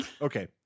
Okay